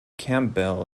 campbell